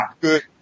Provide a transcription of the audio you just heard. good